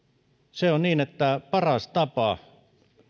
se on niin että paras tapa